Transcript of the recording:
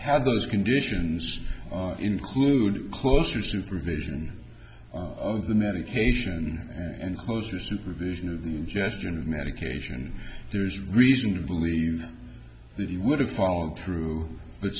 have those conditions include closer supervision of the medication and closer supervision and justin medication there is reason to believe that he would have followed through